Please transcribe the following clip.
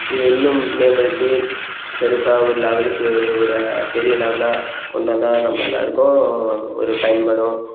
இது இன்னும் மேம்படுத்தி பெருசாக ஒரு லெவலுக்கு ஒரு பெரிய லெவலாக கொண்டு வந்தால் நம்ம எல்லாருக்கும் ஒரு பயன்படும்